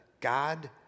God